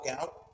out